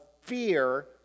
fear